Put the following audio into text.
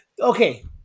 okay